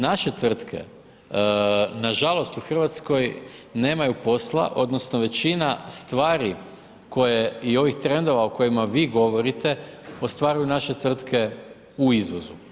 Naše tvrtke nažalost u Hrvatskoj nemaju posla, odnosno većina stvari koje i ovih trendova o kojima vi govorite ostvaruju naše tvrtke u izvozu.